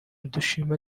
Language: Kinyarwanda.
dushima